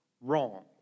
wrong